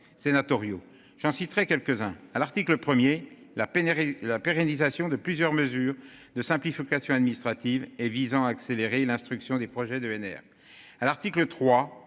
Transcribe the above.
sénatoriaux j'en citerai quelques-uns à l'article 1er la pénurie, la pérennisation de plusieurs mesures de simplification administrative et visant à accélérer l'instruction des projets d'ENR. À l'article 3,